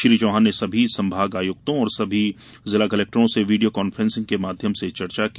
श्री चौहान ने सभी संभागायुक्तों और जिला कलेक्टरों से वीडियो कान्फ्रेंसिंग के माध्यम से चर्चा की